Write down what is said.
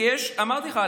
כי אמרתי לך,